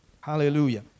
Hallelujah